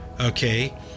okay